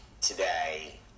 today